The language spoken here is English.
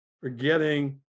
forgetting